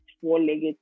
four-legged